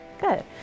Good